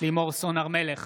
לימור סון הר מלך,